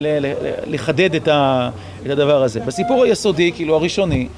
לחדד את הדבר הזה. בסיפור היסודי, כאילו הראשוני...